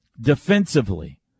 Defensively